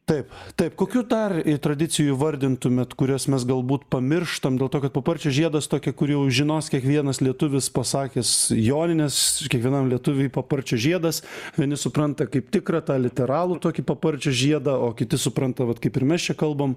taip taip kokių dar tradicijų įvardintumėt kurias mes galbūt pamirštam dėl to kad paparčio žiedas tokia kur jau žinos kiekvienas lietuvis pasakęs joninės kiekvienam lietuviui paparčio žiedas vieni supranta kaip tikrą tą literalų tokį paparčio žiedą o kiti supranta vat kaip ir mes čia kalbame